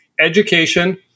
education